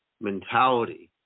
mentality